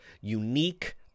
unique